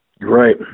Right